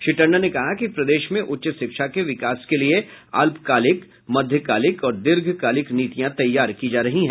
श्री टंडन ने कहा कि प्रदेश में उच्च शिक्षा के विकास के लिए अल्पकालिक मध्यकालिक और दीर्घकालिक नीतियां तैयार की जा रही हैं